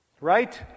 Right